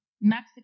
Mexico